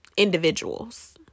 individuals